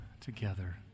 together